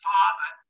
Father